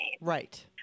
Right